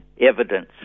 evidence